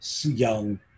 young